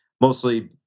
mostly